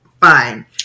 fine